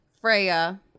Freya